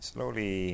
Slowly